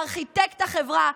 ארכיטקט החברה,